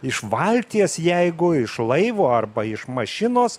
iš valties jeigu iš laivo arba iš mašinos